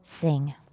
sing